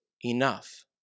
enough